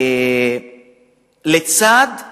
לצד זה